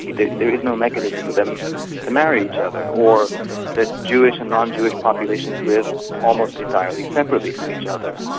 there there is no mechanism for them them to marry each other or that jewish and non-jewish populations live almost entirely separately from each other.